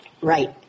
Right